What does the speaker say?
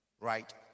Right